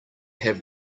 have